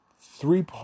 three